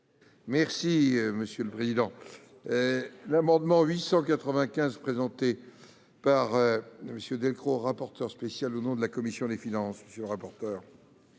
Merci monsieur le président, l'amendement 895 présenté par Monsieur Delcros, rapporteur spécial au nom de la commission des finances,